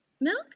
Milk